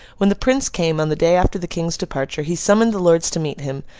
when the prince came, on the day after the king's departure, he summoned the lords to meet him,